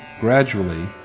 gradually